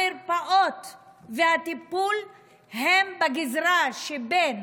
המרפאות והטיפול הם בגזרה שבין